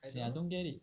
as in I don't get it